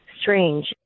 Strange